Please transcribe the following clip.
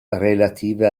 relative